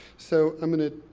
so i'm going to,